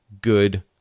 good